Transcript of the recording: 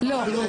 מליאה.